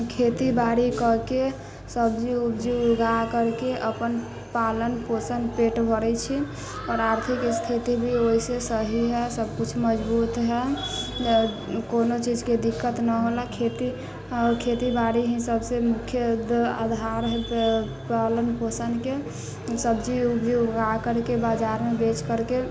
खेती बारी कऽ के सब्जी उब्जी उगा करके अपन पालन पोषण पेट भरै छी आओर आर्थिक स्थिति भी वैसे सही हइ सभकिछु मजबूत हइ कोनो चीजके दिक्कत ना होलय खेती खेती बारी ही सभसँ मुख्य आधार हइ पालन पोषणके सब्जी उब्जी उगा करके बजारमे बेच करके